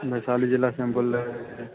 वैशाली ज़िला से हम बोल रहे हैं